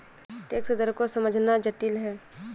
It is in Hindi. टैक्स दर को समझना जटिल है